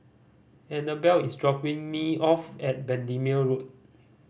Anabel is dropping me off at Bendemeer Road